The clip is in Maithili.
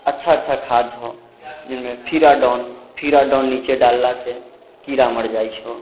अच्छा अच्छा खाद हइ जाहिमे फिराडोन फिराडोन निचे डाललासँ कीड़ा मरि जाइ छै